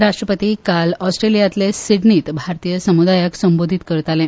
राष्ट्रपती काल ऑस्ट्रेलियांतले सिडनींत भारतीय समुदायाक संबोदीत करताले